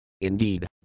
Indeed